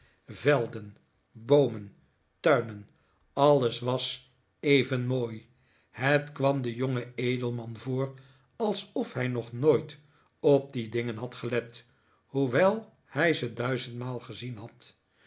velden boomen tuinen alles was even mooi het kwam den jongen edelman voor alsof hij nog nooit op die dingen had gelet hoewel hij ze duizendmaal gezien had